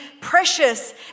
precious